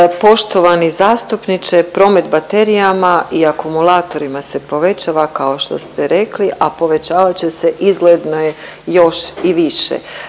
Poštovani zastupniče, promet baterijama i akumulatorima se povećava, kao što ste rekli, a povećavat će se, izgledno je, još i više.